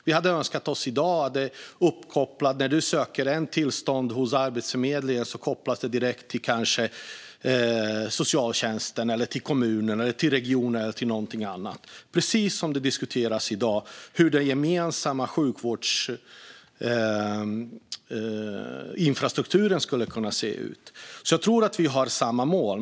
Vi hade önskat oss att när man i dag söker ett tillstånd hos Arbetsförmedlingen ska man direkt kopplas till Socialtjänsten, kommunen, regionen eller något annat, precis som det i dag diskuteras hur den gemensamma sjukvårdsinfrastrukturen skulle kunna se ut. Jag tror att vi har samma mål.